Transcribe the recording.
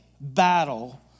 battle